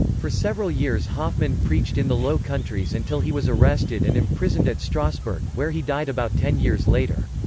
for several years hoffman preached in the low countries until he was arrested and imprisoned at strasbourg, where he died about ten years later.